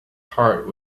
heart